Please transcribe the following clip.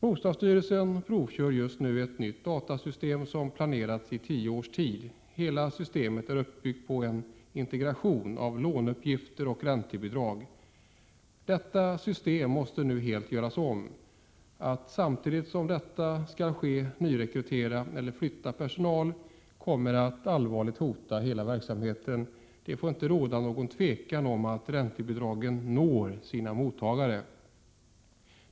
Bostadsstyrelsen provkör just nu ett nytt datasystem som planerats i tio års tid. Hela systemet är uppbyggt på en integration av låneuppgifter och räntebidrag. Detta system måste nu göras om helt. Att samtidigt som detta skall ske nyrekrytera eller flytta personal kommer att allvarligt hota hela verksamheten. Det får inte råda något tvivel om att räntebidragen når sina mottagare.